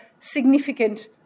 significant